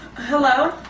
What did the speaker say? hello?